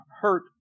hurt